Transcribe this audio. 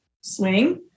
swing